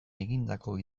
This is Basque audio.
egindako